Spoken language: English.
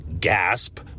GASP